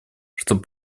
чтобы